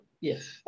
Yes